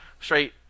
straight